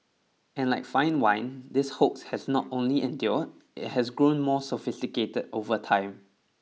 and like fine wine this hoax has not only endured it has grown more sophisticated over time